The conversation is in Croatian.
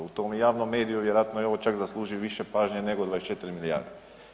U tom javnom mediju vjerojatno evo čak zaslužuje više pažnje nego 24 milijarde.